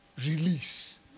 release